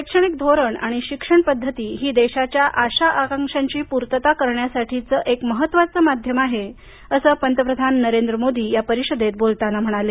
शैक्षणिक धोरण आणि शिक्षण पद्धती ही देशाच्या आशा आकांक्षाची पूर्तता करण्यासाठीचं एक महत्त्वाचं माध्यम आहे अस पंतप्रधान नरेंद्र मोदी या परिषदेत बोलताना म्हणाले